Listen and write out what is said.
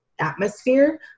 atmosphere